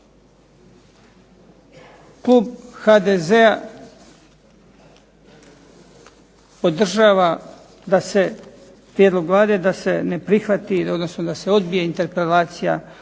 klub HDZ-a podržava prijedlog Vlade da se ne prihvati odnosno da se odbije interpelacija